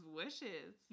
wishes